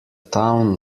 town